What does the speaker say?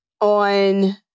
on